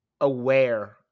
aware